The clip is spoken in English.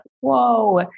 whoa